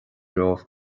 romhaibh